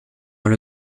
dans